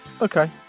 Okay